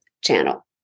channel